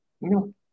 No